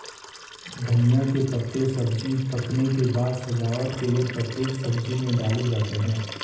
धनिया के पत्ते सब्जी पकने के बाद सजावट के लिए प्रत्येक सब्जी में डाले जाते हैं